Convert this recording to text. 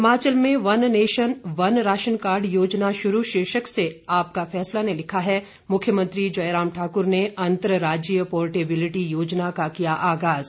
हिमाचल में one nation one ration card योजना शुरू शीर्षक से आपका फैसला ने लिखा है मुख्यमंत्री जयराम ठाकुर ने अंतर्राज्यीय पोर्टेबिलिटी योजना का किया आगाज़